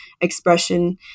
expression